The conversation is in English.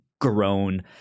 grown